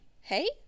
Hey